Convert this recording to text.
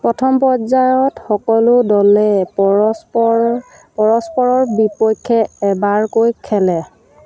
প্ৰথম পৰ্যায়ত সকলো দলে পৰস্পৰ পৰস্পৰৰ বিপক্ষে এবাৰকৈ খেলে